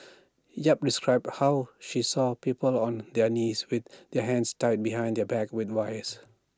yap described how she saw people on their knees with their hands tied behind their backs with wires